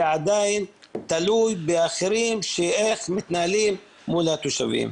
זה עדיין תלוי באחרים איך הם מתנהלים מול התושבים.